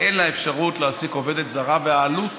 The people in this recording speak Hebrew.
אין לה אפשרות להעסיק עובדת זרה, ועלות